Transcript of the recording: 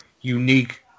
unique